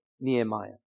Nehemiah